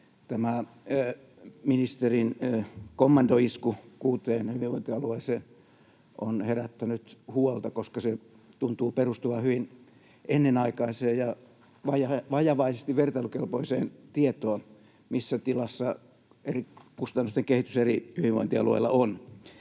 ministerin kommandoisku kuuteen hyvinvointialueeseen on herättänyt huolta, koska se tuntuu perustuvan hyvin ennenaikaiseen ja vajavaisesti vertailukelpoiseen tietoon siitä, missä tilassa eri kustannusten kehitys eri hyvinvointialueilla on.